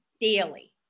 daily